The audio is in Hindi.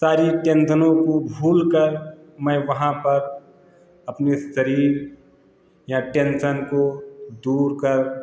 सारी टेन्शनों को भूलकर मैं वहाँ पर अपने शरीर या टेन्सन को दूर कर